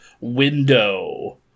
window